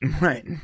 right